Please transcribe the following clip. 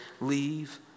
leave